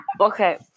Okay